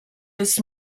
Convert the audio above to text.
des